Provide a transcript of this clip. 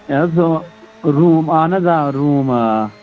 مےٚ حظ گوٚو روٗم اہن حظ آ روٗم آ